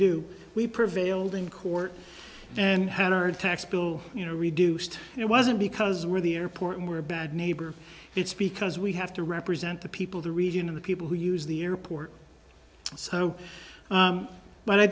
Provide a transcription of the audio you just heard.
do we prevailed in court and had our tax bill you know reduced it wasn't because we're the airport were bad neighbor it's because we have to represent the people the region of the people who use the airport so but i